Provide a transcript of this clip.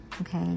okay